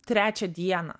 trečią dieną